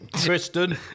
Tristan